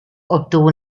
obtuvo